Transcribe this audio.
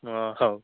ହଁ ହଉ